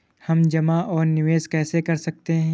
हम जमा और निवेश कैसे कर सकते हैं?